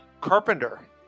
carpenter